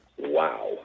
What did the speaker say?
Wow